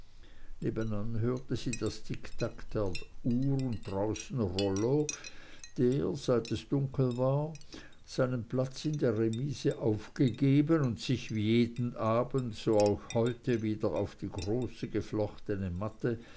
nebenan hörte sie das ticktack der uhr und draußen rollo der seit es dunkel war seinen platz in der remise aufgegeben und sich wie jeden abend so auch heute wieder auf die große geflochtene matte